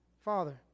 Father